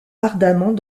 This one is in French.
ardemment